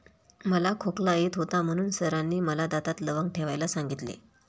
मला खोकला येत होता म्हणून सरांनी मला दातात लवंग ठेवायला सांगितले